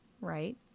right